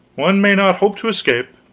one may not hope to escape.